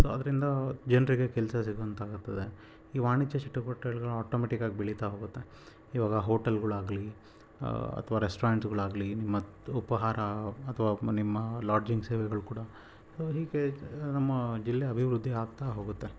so ಅದರಿಂದ ಜನರಿಗೆ ಕೆಲಸ ಸಿಗುವಂತಾಗುತ್ತದೆ ಈ ವಾಣಿಜ್ಯ ಚಟುವಟ್ಕೆಗಳು ಆಟೋಮ್ಯಾಟಿಕಾಗಿ ಬೆಳೀತಾ ಹೋಗುತ್ತೆ ಇವಾಗ ಹೋಟೆಲ್ಗಳಾಗಲಿ ಅಥವಾ ರೆಸ್ಟೋರೆಂಟುಗಳಾಗಲಿ ಮತ್ತು ಉಪಹಾರ ಅಥವಾ ನಿಮ್ಮ ಲಾಡ್ಜಿಂಗ್ ಸೇವೆಗಳು ಕೂಡ ಸೊ ಹೀಗೆ ನಮ್ಮ ಜಿಲ್ಲೆ ಅಭಿವೃದ್ದಿ ಆಗ್ತಾ ಹೋಗುತ್ತೆ